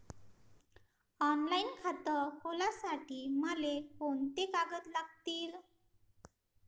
Online खातं खोलासाठी मले कोंते कागद लागतील?